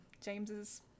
James's